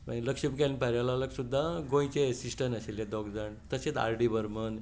मागीर लक्ष्मीकांत प्यारेलाल सुद्दां गोंयचे एसिस्टंट आशिल्ले दोग जाण तशेच आर डी वर्मन